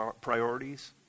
priorities